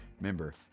Remember